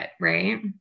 right